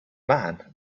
man